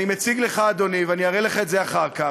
אני מציג לך, אדוני, ואראה לך אחר כך,